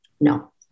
No